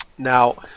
now,